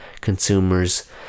consumers